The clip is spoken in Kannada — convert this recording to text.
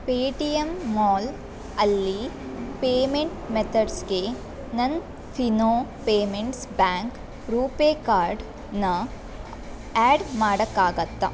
ಪೇಟಿಎಮ್ ಮಾಲ್ ಅಲ್ಲಿ ಪೇಮೆಂಟ್ ಮೆತಡ್ಸ್ಗೆ ನನ್ನ ಫಿನೋ ಪೇಮೆಂಟ್ಸ್ ಬ್ಯಾಂಕ್ ರೂಪೇ ಕಾರ್ಡ್ನ ಆ್ಯಡ್ ಮಾಡೋಕ್ಕಾಗತ್ತಾ